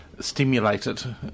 stimulated